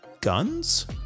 guns